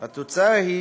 התוצאה היא